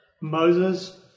Moses